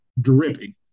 dripping